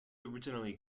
originally